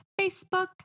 Facebook